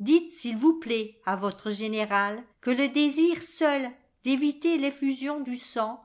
dites s'il vous plaît à votre général que le désir seul d'éviter l'effusion du sang